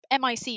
MIC